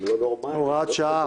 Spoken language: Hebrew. (הוראת שעה),